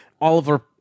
oliver